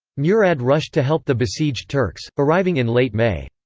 murad rushed to help the besieged turks, arriving in late may.